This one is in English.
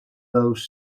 those